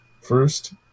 first